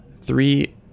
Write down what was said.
three